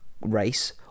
race